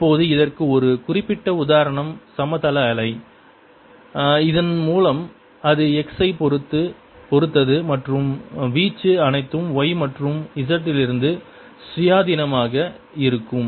இப்போது இதற்கு ஒரு குறிப்பிட்ட உதாரணம் சமதள அலை இதன் மூலம் அது x ஐப் பொறுத்தது மற்றும் வீச்சு அனைத்தும் y மற்றும் z இலிருந்து சுயாதீனமாக இருக்கும்